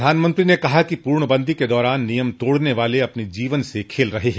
प्रधानमंत्री ने कहा कि पूर्णबंदी के दौरान नियम तोड़ने वाले अपन जीवन से खेल रहे हैं